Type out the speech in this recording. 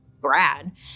Brad